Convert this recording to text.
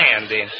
Andy